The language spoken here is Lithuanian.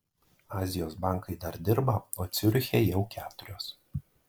azijos bankai dar dirba o ciuriche jau keturios